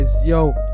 Yo